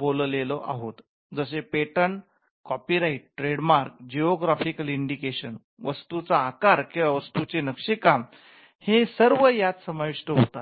बोललेलो आहोत जसे पेटंट शोधावरचा हक्क कॉपीराईट साहि त्यावरचा हक्क ट्रेड मार्क व्यापार चिन्ह जिऑग्राफिकल इंडिकेशन भौगोलिक निर्देश वस्तूचा आकार किंवा वस्तूचे नक्षीकाम हे सर्व यात समाविष्ट होतात